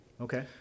Okay